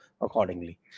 accordingly